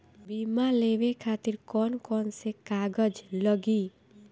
बीमा लेवे खातिर कौन कौन से कागज लगी?